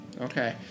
Okay